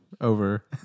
over